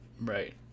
Right